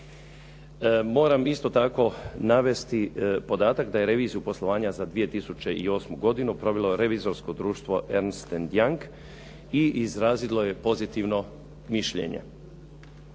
Moram isto tako navesti podatak da je reviziju poslovanja za 2008. godinu provelo revizorsko društvo Ernst & Young i izrazilo je pozitivno mišljenje.